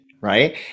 right